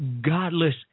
godless